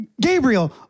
Gabriel